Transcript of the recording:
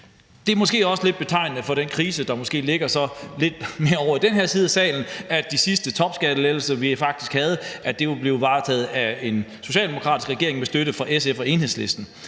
Det er måske lidt betegnende for den krise, der så måske ligger lidt mere ovre i den ene side af salen, at de sidste topskattelettelser, vi havde, faktisk blev varetaget af en socialdemokratisk regering med støtte fra SF og Enhedslisten.